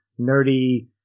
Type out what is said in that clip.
nerdy